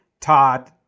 Todd